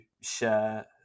share